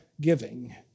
giving